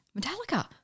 Metallica